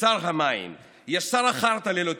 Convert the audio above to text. ושר המים, יש שר החרטא ללא תיק,